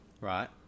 Right